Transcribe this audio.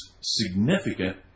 significant